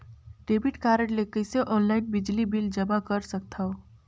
Debit card ले कइसे online बिजली बिल जमा कर सकथव?